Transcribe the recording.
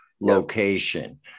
location